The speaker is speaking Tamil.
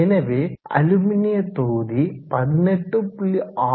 எனவே அதாவது அலுமினிய தொகுதி 18